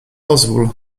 pozwól